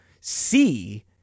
see